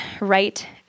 right